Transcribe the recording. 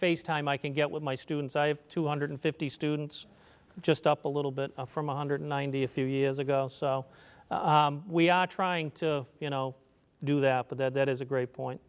face time i can get with my students i have two hundred fifty students just up a little bit from one hundred ninety a few years ago so we are trying to you know do that but that is a great point